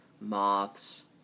moths